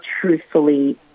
truthfully